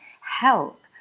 help